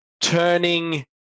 turning